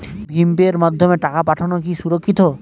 ভিম পের মাধ্যমে টাকা পাঠানো কি সুরক্ষিত?